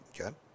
Okay